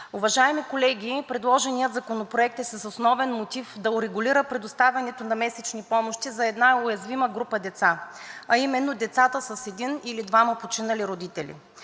Уважаеми колеги, предложеният законопроект е с основен мотив да урегулира предоставянето на месечни помощи за една уязвима група деца, а именно децата с един или двама починали родители.